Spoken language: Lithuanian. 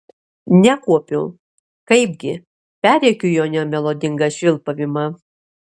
nekuopiu kaipgi perrėkiu jo nemelodingą švilpavimą